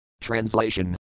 Translation